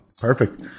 perfect